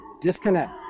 disconnect